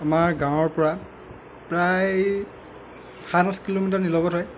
আমাৰ গাঁৱৰ পৰা প্ৰায় সাত আঠ কিলোমিটাৰ নিলগত হয়